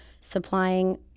supplying